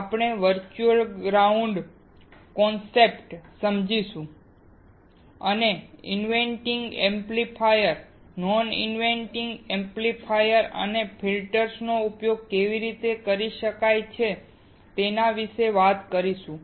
આપણે virtual ground concept ને સમજીશું અને inverting amplifier non inverting amplifiers અને ફિલ્ટર્સ નો ઉપયોગ કેવી રીતે કરી શકાય તે વિશે પણ વાત કરીશું